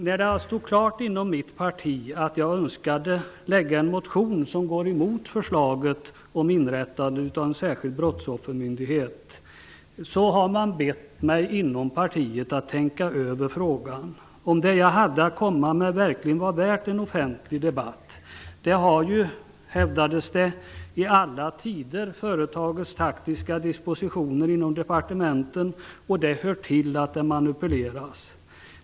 När det inom mitt parti stod klart att jag önskade väcka en motion som gick emot inrättandet av en särskild brottsoffermyndighet, bad man mig inom partiet att tänka över frågan, om det jag hade att komma med verkligen var värt en offentlig debatt. Det hävdades att det ju i alla tider har företagits taktiska dispositioner inom departementen och att det hör till att det manipuleras.